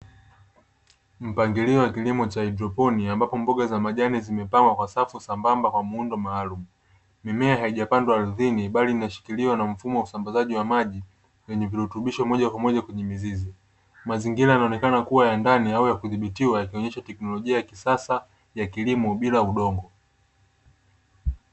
Mpangilio wa kilimo cha haidroponi ambapo mboga za majani zimepangwa kwa safu sambamba kwa mvuto maalumu, mimea haijapandwa ardhini bali imeshikiliwa na mfumo wa usambazaji wa maji wenye virutubisho moja kwa moja kwenye mizizi, mazingira yanaonekana kuwa ya ndani au ya kudhibitiwa yakionesha teknolojia ya kisasa ya kilimo bila udongo.